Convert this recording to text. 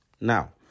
Now